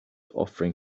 offering